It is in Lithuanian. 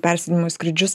persėdimu į skrydžius